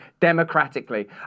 democratically